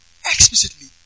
explicitly